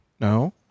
No